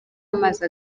amazi